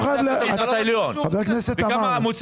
קיבלת הבראה או לא קיבלת הבראה.